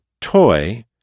toy